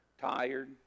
tired